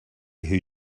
who